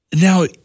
Now